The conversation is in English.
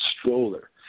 stroller